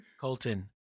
Colton